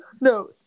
No